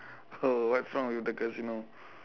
oh what's wrong with the casino